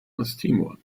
osttimor